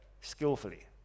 skillfully